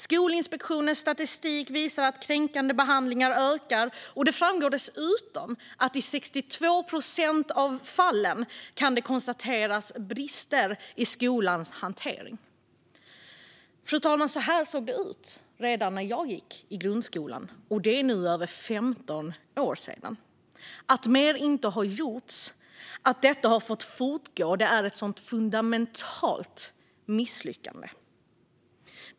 Skolinspektionens statistik visar att kränkande behandlingar ökar, och det framgår dessutom att det i 62 procent av fallen kan konstateras brister i skolans hantering. Fru talman! Så såg det ut redan när jag gick i grundskolan, och det är nu över 15 år sedan. Att mer inte har gjorts, att detta har fått fortgå, är ett fundamentalt misslyckande.